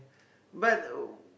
but the